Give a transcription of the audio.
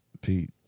pete